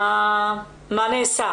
מה נעשה